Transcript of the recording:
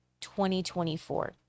2024